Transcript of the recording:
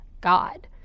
God